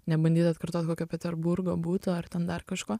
nebandyt atkartot kokio peterburgo buto ar ten dar kažko